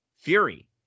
Fury